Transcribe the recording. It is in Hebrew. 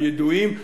הידועים,